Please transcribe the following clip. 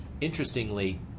interestingly